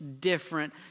different